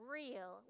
real